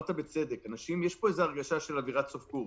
אמרת בצדק, יש פה הרגשה של אווירת סוף קורס.